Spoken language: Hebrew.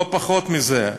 לא פחות מזה.